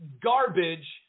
garbage